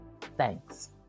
Thanks